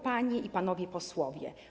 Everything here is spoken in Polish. Panie i Panowie Posłowie!